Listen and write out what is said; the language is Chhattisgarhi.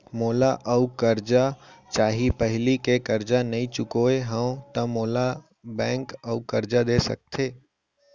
मोला अऊ करजा चाही पहिली के करजा नई चुकोय हव त मोल ला बैंक अऊ करजा दे सकता हे?